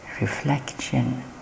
reflection